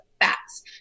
facts